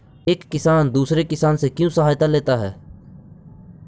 एक किसान दूसरे किसान से क्यों सहायता लेता है?